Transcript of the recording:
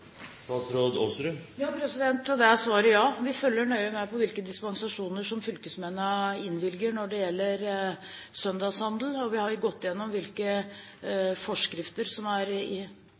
det er svaret ja. Vi følger nøye med på hvilke dispensasjoner som fylkesmennene innvilger når det gjelder søndagshandel, og vi har gått igjennom hvilke forskrifter som er